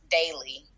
daily